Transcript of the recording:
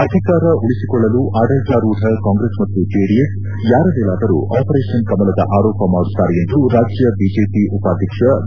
ಅಧಿಕಾರ ಉಳಿಸಿಕೊಳ್ಳಲು ಆಡಳಿತಾರೂಢ ಕಾಂಗ್ರೆಸ್ ಮತ್ತು ಜೆಡಿಎಸ್ ಯಾರ ಮೇಲಾದರೂ ಆಪರೇಷನ್ ಕಮಲದ ಆರೋಪ ಮಾಡುತ್ತಾರೆ ಎಂದು ರಾಜ್ಯ ಬಿಜೆಪಿ ಉಪಾಧ್ವಕ್ಷ ಬಿ